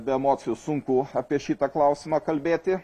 be emocijų sunku apie šitą klausimą kalbėti